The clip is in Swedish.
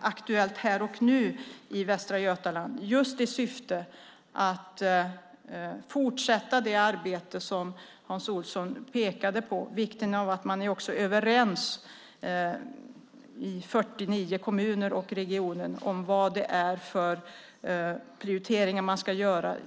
aktuella här och nu i Västra Götaland just i syfte att fortsätta det arbete som Hans Olsson pekade på där 49 kommuner i regionen är överens om vad det är för prioriteringar som ska göras.